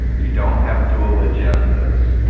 you don't have dual agendas.